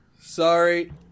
Sorry